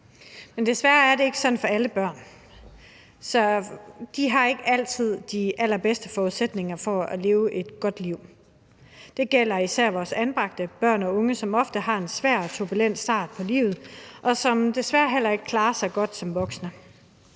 Men desværre er det ikke sådan for alle børn, at de altid har de allerbedste forudsætninger for at leve et godt liv. Det gælder især vores anbragte børn og unge, som ofte har en svær og turbulent start på livet, og som desværre heller ikke klarer sig godt som voksne.